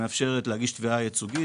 שמאפשרת להגיש תביעה ייצוגית,